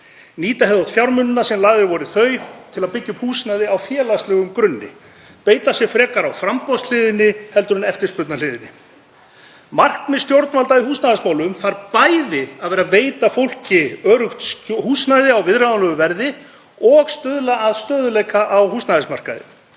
Nýta hefði átt fjármunina sem lagðir voru í þau til að byggja upp húsnæði á félagslegum grunni. Beita sér frekar á framboðshliðinni en eftirspurnarhliðinni. Markmið stjórnvalda í húsnæðismálum þarf bæði að vera að veita fólki öruggt húsnæði á viðráðanlegu verði og stuðla að stöðugleika á húsnæðismarkaði.